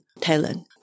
talent